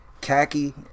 Khaki